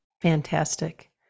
Fantastic